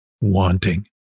wanting